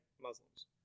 Muslims